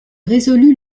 résolut